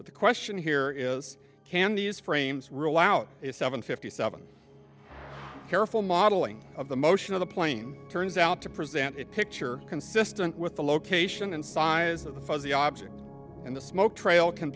but the question here is can these frames rule out is seven fifty seven careful modeling of the motion of the plane turns out to present it picture consistent with the location and size of the fuzzy object and the smoke trail can